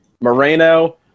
Moreno